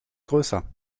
größer